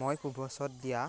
মই কুভছত দিয়া